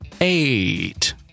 eight